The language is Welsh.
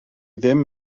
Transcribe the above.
ddim